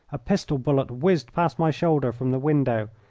a pistol bullet whizzed past my shoulder from the window,